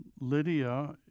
Lydia